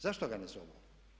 Zašto ga ne zovu?